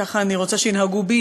ככה אני רוצה שינהגו בי,